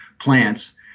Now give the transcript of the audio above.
plants